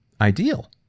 Ideal